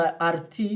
rt